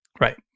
Right